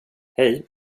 hej